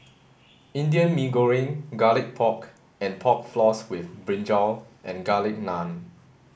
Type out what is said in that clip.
Indian Mee Goreng garlic pork and pork floss with brinjal and garlic naan